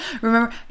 Remember